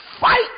fight